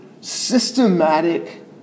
systematic